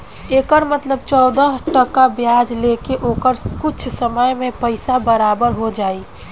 एकर मतलब चौदह टका ब्याज ले के ओकर कुछ समय मे पइसा बराबर हो जाई